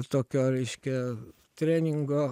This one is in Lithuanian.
tokio reiškia treningo